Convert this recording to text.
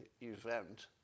event